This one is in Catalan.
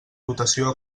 dotació